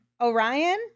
Orion